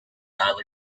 dial